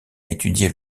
étudié